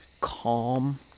calm